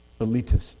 elitist